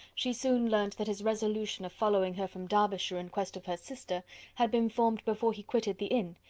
she soon learnt that his resolution of following her from derbyshire in quest of her sister had been formed before he quitted the inn,